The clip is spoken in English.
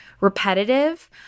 repetitive